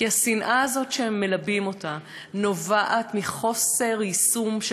כי השנאה הזאת שמלבים נובעת מאי-יישום של